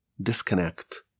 disconnect